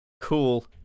Cool